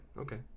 okay